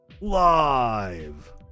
Live